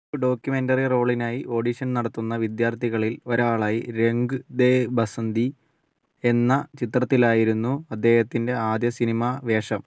ഒരു ഡോക്യൂമെൻറ്ററി റോളിനായി ഓഡിഷൻ നടത്തുന്ന വിദ്യാർത്ഥികളിൽ ഒരാളായി രംഗ് ദേ ബസന്തി എന്ന ചിത്രത്തിലായിരുന്നു അദ്ദേഹത്തിൻ്റെ ആദ്യ സിനിമ വേഷം